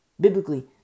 Biblically